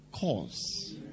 cause